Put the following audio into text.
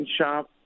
shop